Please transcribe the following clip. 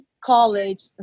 college